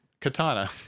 katana